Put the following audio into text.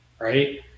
right